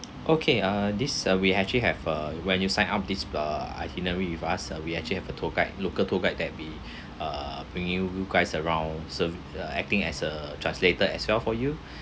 okay uh this uh we actually have uh when you signed up this err itinerary with us uh we actually have a tour guide local tour guide that we err bring you guys around serve acting as a translator as well for you